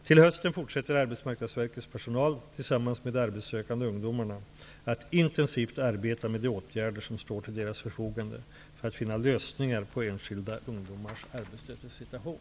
Till hösten fortsätter Arbetsmarknadsverkets personal, tillsammans med de arbetssökande ungdomarna, att intensivt arbeta med de åtgärder som står till deras förfogande för att finna lösningar på enskilda ungdomars arbetslöshetssituation.